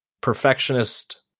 perfectionist